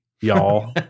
y'all